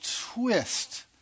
twist